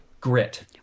grit